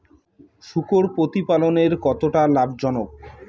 শূকর প্রতিপালনের কতটা লাভজনক?